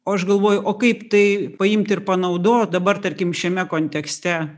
o aš galvoju o kaip tai paimti ir panaudot dabar tarkim šiame kontekste